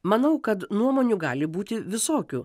manau kad nuomonių gali būti visokių